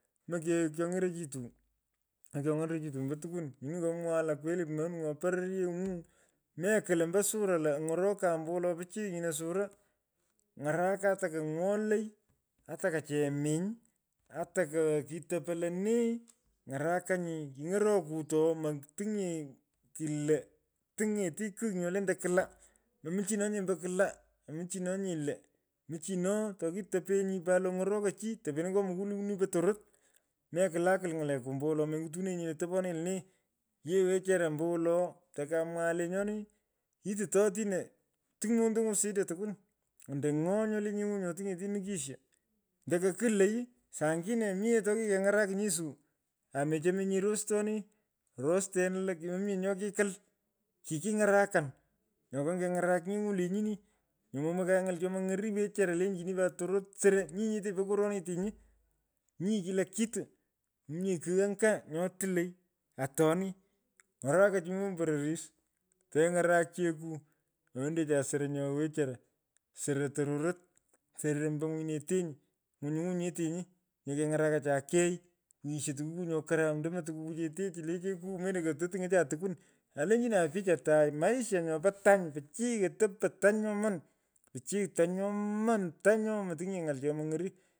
Moke kyony’erochitu. moke kyong’erochitu ambo tukwan. nyini komwoghan lo kweli monung’o pororyeny’u. mekwol ombo sura lo ny’orokan ombowolo pichiy nyino sura. ng’ara ata kony’owolei ata kacheminy ata ko kitopo lenee ny’arakanyi kiny’orokot oo. mutunynye kulo tingeti kigh nyolentei k’laa momichinonye ombo k’laa. momichinonye lo. michino tokitepenyi pat lo ony’orokoi chi topeno nyo mukulauni po tororot. Mekwulakwol ny’aleku ombowolo mengitunenyi lo toponenyi lonee. Yee wechara ambowolo. tokomwoghan lenyoni yititito otino tiny mondang’u shida tokwol ando ng’o nyolee nyeng’u nyo tingeti nukisho. Ando ko kwuley. saa ngine mominye tokikeny’arakinyi suu. amechenyinye restone. rostena lo kimominye nyo kikikwol. kikiny’arakan nyo kang keny’arak nyeny’u lenyini. nyo momakanye ny’al chomoim ng’oru wechara. lechini pat tororot. nyi nyete po koronetenyi. nyi kila kitu. mominye kigh anga nyo tilei atoni. Ny’aruka chi mombo pororis teny’arak cheku. Nyo lendecha soro nyo nwow wechara. soro tororot. soro ombo ny’unyinetenyi mgwinyiny’u nyete nyi. nya keng’arakocha kei ighisho tukukuu nyo karam. ndomo tukuchi chete chi le cheku. mendu kato tung’ocha tukwun. Nyau lenchina pich atai lo. maisha yopo tany. pichy otop po tany nyoman. pichiy tany nyooman tanyoo motiny nyee ny’al chomong’oruu.